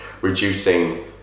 reducing